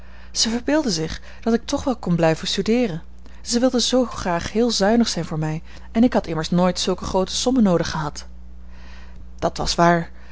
zij verbeeldde zich dat ik toch wel kon blijven studeeren zij wilde zoo graag heel zuinig zijn voor mij en ik had immers nooit zulke groote sommen noodig gehad dat was waar